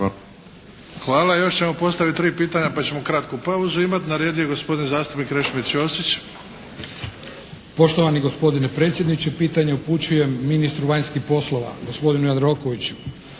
Hvala. Još ćemo postaviti tri pitanja pa ćemo kratku pauzu imati. Na redu je gospodin zastupnik Krešimir ćosić. **Ćosić, Krešimir (HDZ)** Poštovani gospodine predsjedniče, pitanje upućujem ministru vanjskih poslova, gospodinu Jandrokoviću.